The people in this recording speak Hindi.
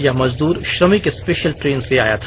यह मजदूर श्रमिक स्पेषल ट्रेन से आया था